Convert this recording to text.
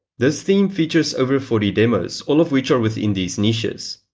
this theme features over forty demos all of which are within these niches.